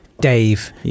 Dave